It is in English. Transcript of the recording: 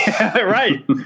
Right